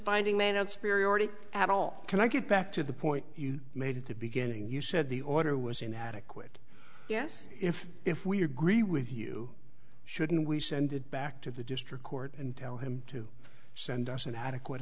finding may not spirit already at all can i get back to the point you made at the beginning you said the order was inadequate yes if if we agree with you shouldn't we send it back to the district court and tell him to send us an adequate